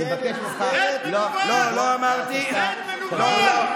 עכשיו הוכחת כמה זה נכון.